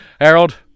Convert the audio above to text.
Harold